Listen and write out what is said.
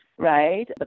Right